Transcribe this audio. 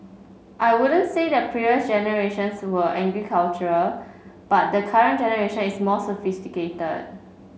I wouldn't say the previous generations were agricultural but the current generation is more sophisticated